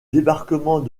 débarquement